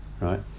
right